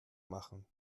machen